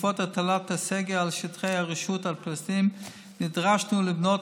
ובעקבות הטלת הסגר על שטחי הרשות הפלסטינית נדרשנו לבנות